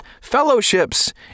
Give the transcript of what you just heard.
fellowships